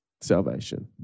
salvation